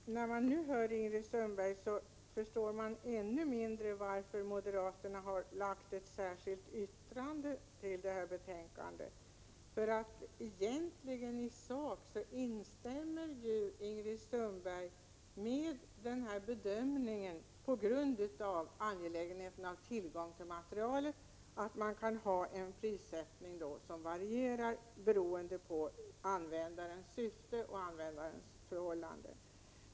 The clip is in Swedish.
Fru talman! När man nu hör Ingrid Sundberg förstår man ännu mindre varför moderaterna har fogat ett särskilt yttrande till det här betänkandet. I sak instämmer ju egentligen Ingrid Sundberg i bedömningen att man med hänsyn till angelägenheten av att ha tillgång till materialet kan ha en prissättning som varierar beroende på användarens syfte och förhållanden.